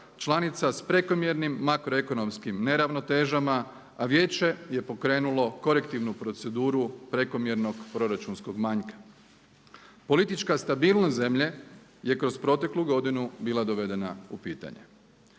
članica s prekomjernim makroekonomskim neravnotežama, a Vijeće je pokrenulo korektivnu proceduru prekomjernog proračunskog manjka. Politička stabilnost zemlje je kroz proteklu godinu bila dovedena u pitanje.